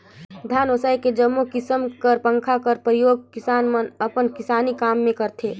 धान ओसाए के जम्मो किसिम कर पंखा कर परियोग किसान मन अपन किसानी काम मे करथे